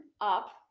up